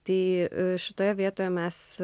tai šitoje vietoje mes